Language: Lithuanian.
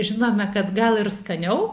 žinome kad gal ir skaniau